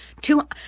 two